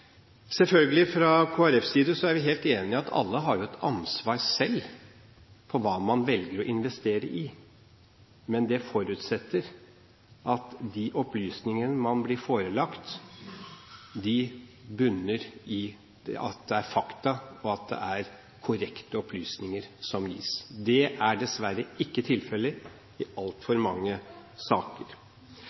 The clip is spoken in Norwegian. Fra Kristelig Folkepartis side er vi selvfølgelig helt enig i at alle har et ansvar selv for hva man velger å investere i, men det forutsetter at de opplysningene man blir forelagt, bunner i fakta, og at det er korrekte opplysninger som gis. Det er dessverre ikke tilfellet i altfor mange saker.